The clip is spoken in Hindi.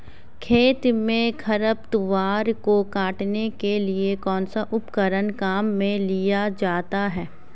खेत में खरपतवार को काटने के लिए कौनसा उपकरण काम में लिया जाता है?